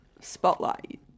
spotlight